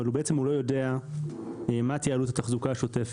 אבל הוא לא יודע מה תהיה עלות התחזוקה השוטפת